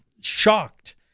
shocked